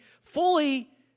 fully